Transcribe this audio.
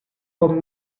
com